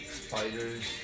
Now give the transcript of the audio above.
spiders